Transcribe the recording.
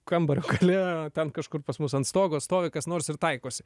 kambario gale ten kažkur pas mus ant stogo stovi kas nors ir taikosi